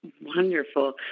Wonderful